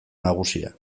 nagusia